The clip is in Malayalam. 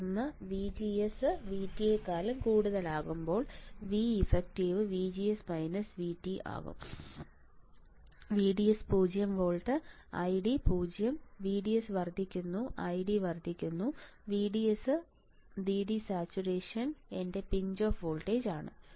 കേസ് ഒന്ന് VGS VT Veffective VGS VT VDS 0 ID 0 VDS വർദ്ധിക്കുന്നു ID വർദ്ധിക്കുന്നു VDSVD സാച്ചുറേഷൻ എന്റെ പിഞ്ച് ഓഫ് വോൾട്ടേജാണ്